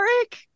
Eric